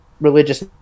religious